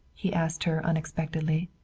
he asked her unexpectedly.